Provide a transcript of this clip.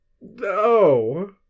No